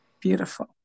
Beautiful